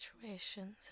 situations